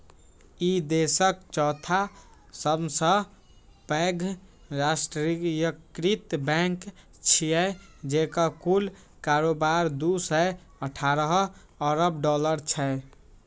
ई देशक चौथा सबसं पैघ राष्ट्रीयकृत बैंक छियै, जेकर कुल कारोबार दू सय अठारह अरब डॉलर छै